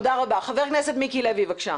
חבר הכנסת מיקי לוי, בבקשה.